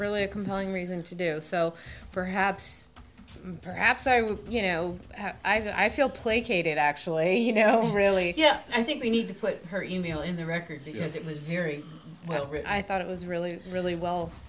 really a compelling reason to do so perhaps perhaps i would you know i feel placated actually you know he really yeah i think we need to put her in jail in the record because it was very well i thought it was really really well